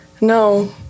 no